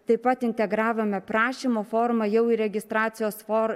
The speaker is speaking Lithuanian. taip pat integravome prašymo formą jau į registracijos for